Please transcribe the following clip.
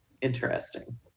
Interesting